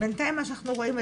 - בינתיים מה שאנחנו רואים,